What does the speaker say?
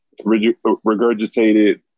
regurgitated